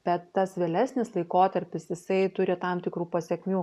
bet tas vėlesnis laikotarpis jisai turi tam tikrų pasekmių